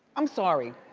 i'm sorry.